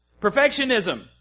Perfectionism